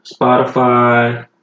Spotify